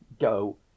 Go